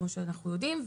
כמו שאנחנו יודעים.